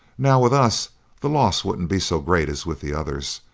now, with us the loss wouldn't be so great as with the others,